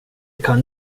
kan